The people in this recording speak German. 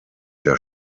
der